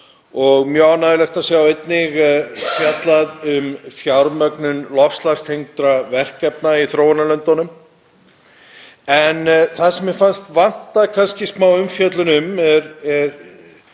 og mjög ánægjulegt að sjá einnig fjallað um fjármögnun loftslagstengdra verkefna í þróunarlöndunum. Það sem mér fannst kannski vanta er smáumfjöllun um